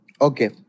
Okay